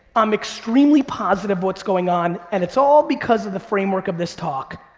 i'm extremely positive what's going on. and it's all because of the framework of this talk.